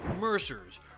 Mercers